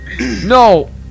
No